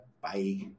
Bye